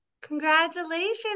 congratulations